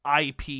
IP